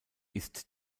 ist